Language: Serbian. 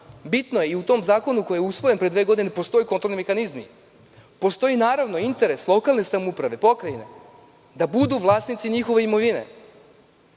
budzašto. U tom zakonu koji je usvojen pre dve godine ne postoje kontrolni mehanizmi. Postoji, naravno, interes lokalne samouprave i pokrajine da budu vlasnici njihove imovine.